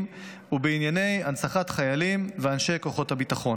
ובענייני הנצחת חיילים ואנשי כוחות הביטחון.